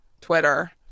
Twitter